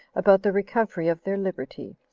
about the recovery of their liberty,